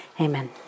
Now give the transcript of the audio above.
amen